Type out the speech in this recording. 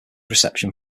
reception